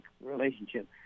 relationship